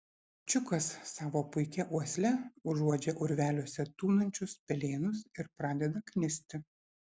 čiukas savo puikia uosle užuodžia urveliuose tūnančius pelėnus ir pradeda knisti